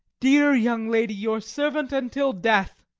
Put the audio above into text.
dear young lady, your servant until death.